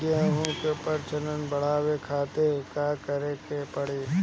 गेहूं के प्रजनन बढ़ावे खातिर का करे के पड़ी?